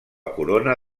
corona